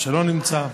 שלא נמצא,